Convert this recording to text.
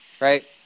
right